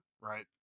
Right